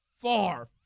far